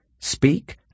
Speak